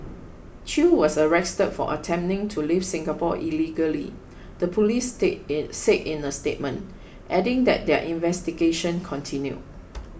chew was arrested for attempting to leave Singapore illegally the police said in a statement adding that their investigation continued